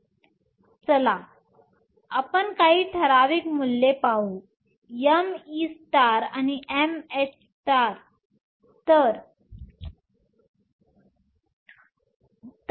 चला आपण me आणि mh साठी काही ठराविक मूल्ये पाहू